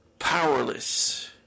powerless